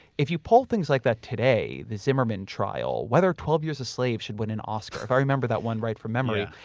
if you polled things like that today, the zimmerman trial, whether twelve years a slave should win an oscar, if i remember that one right from memory,